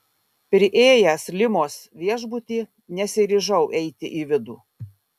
priėjęs limos viešbutį nesiryžau eiti į vidų